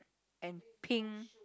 and pink